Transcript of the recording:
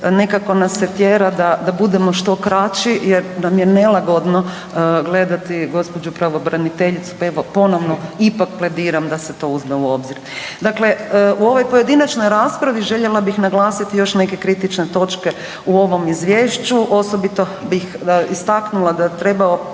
nekako nas se tjera da budemo što kraći jer nam je nelagodno gledati gospođu pravobraniteljicu pa evo ponovno ipak plediram da se to uzme u obzir. Dakle, u ovoj pojedinačnoj raspravi željela bih naglasiti još neke kritične točke u ovom izvješću, osobito bih istaknula da treba